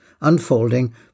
unfolding